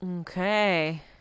Okay